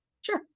Sure